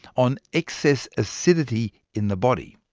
on excess acidity in the body.